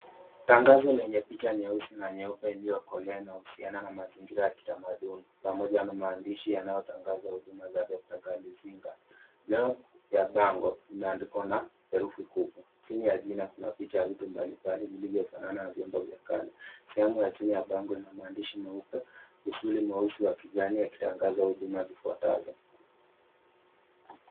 Tangazo lenye picha nyeusi na nyeupe iliyokolea linahusiana na mazingira ya kitamaduni pamoja na maadishi yanayotangaza huduma za Dr. Galazinga. Juu ya bango kumeandikwa na herufi kubwa, chini ya jina kuna picha ya vitu mbalimbali vilivyofanana na vypombo vya kale. Sehemu ya chini ya bango lina maandishi meupe, usuli mweusi wa kijani yakitangaza huduma zifuatazo.